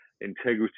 integrity